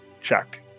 check